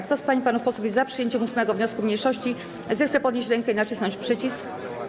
Kto z pań i panów posłów jest za przyjęciem 8. wniosku mniejszości, zechce podnieść rękę i nacisnąć przycisk.